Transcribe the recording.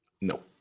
No